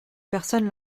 personne